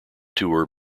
tour